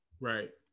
Right